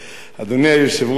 אדוני היושב-ראש,